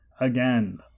again